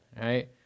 right